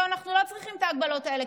או אנחנו לא צריכים את ההגבלות האלה?